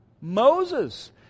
Moses